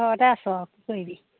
ঘৰতে আছোঁ আৰু কি কৰিবি